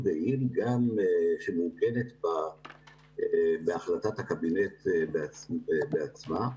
דעים שגם מעוגנת בהחלטת הקבינט עצמה,